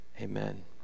Amen